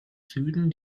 süden